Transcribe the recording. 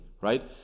right